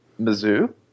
Mizzou